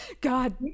God